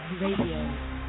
Radio